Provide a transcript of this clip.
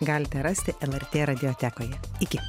galite rasti lrt radiotekoje iki